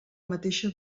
mateixa